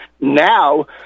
Now